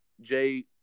Jay